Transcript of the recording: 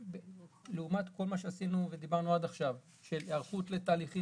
לעומת כל מה שעשינו ודיברנו עד עכשיו על היערכות לתהליכים